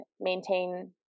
maintain